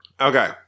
Okay